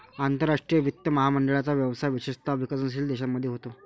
आंतरराष्ट्रीय वित्त महामंडळाचा व्यवसाय विशेषतः विकसनशील देशांमध्ये होतो